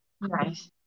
Nice